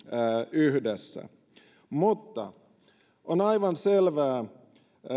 yhdessä mutta on aivan selvää